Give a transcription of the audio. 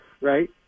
right